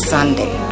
Sunday